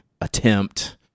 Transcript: attempt